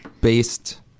based